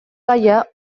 gaia